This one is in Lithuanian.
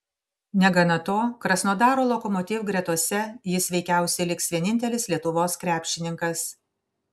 negana to krasnodaro lokomotiv gretose jis veikiausiai liks vienintelis lietuvos krepšininkas